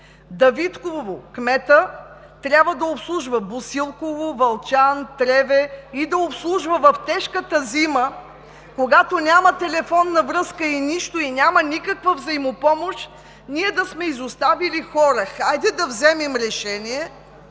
Давидково, кметът трябва да обслужва Босилково, Вълчан, Треве и да обслужва в тежката зима, когато няма телефонна връзка, няма нищо, няма никаква взаимопомощ! А ние да сме изоставили хора… Хайде да вземем решение.